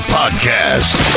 podcast